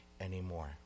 anymore